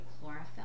chlorophyll